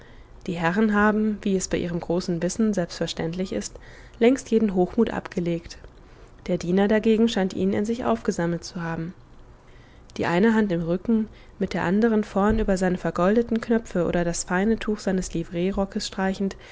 die herren haben wie es bei ihrem großen wissen selbstverständlich ist längst jeden hochmut abgelegt der diener dagegen scheint ihn in sich aufgesammelt zu haben die eine hand im rücken mit der anderen vorn über seine vergoldeten knöpfe oder das feine tuch seines livreerockes streichend